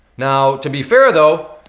now to be fair though,